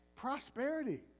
prosperity